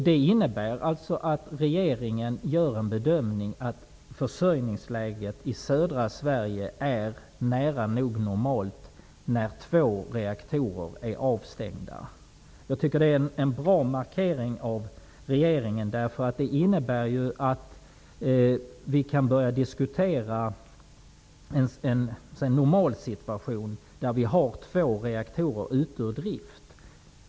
Det innebär att regeringen gör bedömningen att försörjningsläget i södra Sverige är nära nog normalt när två reaktorer är avstängda. Det är en bra markering av regeringen. Det innebär nämligen att vi kan börja diskutera en normalsituation med två reaktorer ur drift.